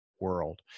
world